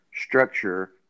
structure